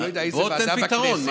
אני לא יודע איזו ועדה בכנסת,